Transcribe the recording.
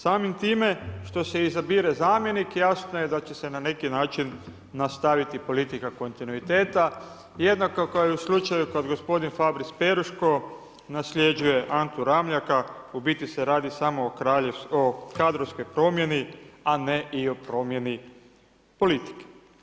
Samim time što se izabire zamjenik jasno je da će se na neki način nastaviti politika kontinuiteta, jednako kao i u slučaju kad gospodin Fabris Peruško nasljeđuje Antu Ramljaka, u biti se radi samo o kadrovskoj promjeni a ne i o promjeni politike.